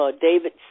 David